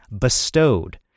bestowed